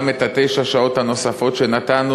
שגם תשע השעות שנתנו,